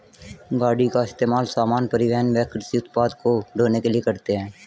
गाड़ी का इस्तेमाल सामान, परिवहन व कृषि उत्पाद को ढ़ोने के लिए करते है